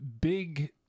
big